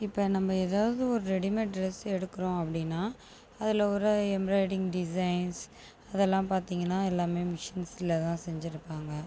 இப்போ நம்ம ஏதாவது ஒரு ரெடிமேட் டிரஸ் எடுக்கிறோம் அப்படின்னா அதில் வர எம்ப்ராய்டிங் டிசைன்ஸ் அதெல்லாம் பார்த்தீங்கன்னா எல்லாமே மிஷின்ஸில் தான் செஞ்சு இருப்பாங்க